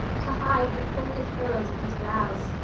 to hide the folded furrows of his brows,